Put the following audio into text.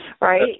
Right